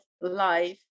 life